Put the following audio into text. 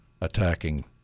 attacking